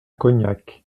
cognac